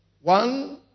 One